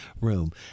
room